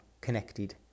connected